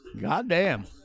Goddamn